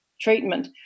treatment